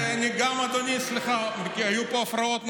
אדוני, סליחה, היו פה הפרעות נון-סטופ,